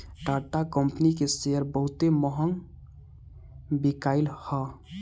Tata company के share बहुते महंग बिकाईल हअ